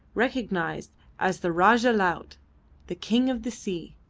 recognised as the rajah-laut the king of the sea.